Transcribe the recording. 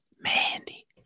mandy